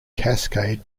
cascade